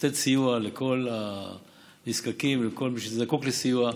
לתת סיוע לכל הנזקקים ולכל מי שזקוק לסיוע.